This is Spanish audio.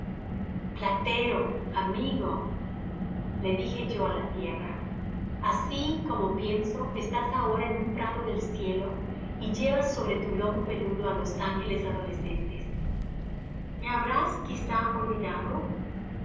platero amigo le dije yo á la tierra si como pienso estás ahora en un prado del cielo y llevas sobre tu lomo peludo á los ángeles adolescentes me habrás quizá olvidado